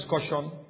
discussion